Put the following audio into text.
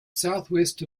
southwest